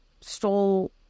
stole